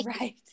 right